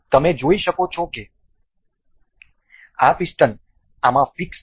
તેથી તમે જોઈ શકો છો કે આ પિસ્ટન આમાં ફિક્સ છે